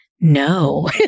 no